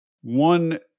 one